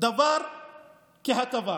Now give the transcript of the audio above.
דבר כהטבה.